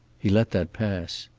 he let that pass.